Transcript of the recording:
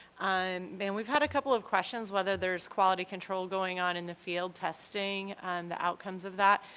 i mean we've had a couple of questions whether there's quality control going on in the field testing and the outcomes of that,